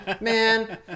man